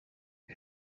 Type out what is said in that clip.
who